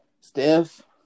Steph